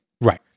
right